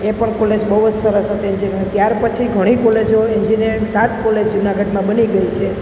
એ પણ કોલેજ બહુ જ સરસ હતી જે ત્યાર પછી ઘણી કોલેજો એન્જિન્યરિંગ સાત કોલેજ જુનાગઢમાં બની ગઈ છે